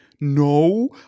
no